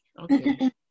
Okay